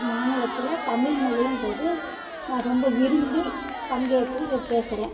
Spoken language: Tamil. இப்போ மாநிலத்தில் தமிழ்மொழின்றது நான் ரொம்ப விரும்பி பங்கேற்று பேசுகிறேன்